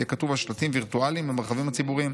יהיה כתוב על שלטים וירטואליים במרחבים הציבוריים.